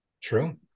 True